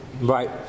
Right